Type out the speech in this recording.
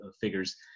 figures